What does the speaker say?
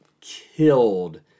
killed